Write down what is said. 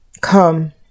Come